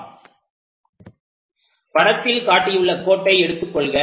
உதாரணமாக படத்தில் காட்டியுள்ள கோட்டை எடுத்துக் கொள்க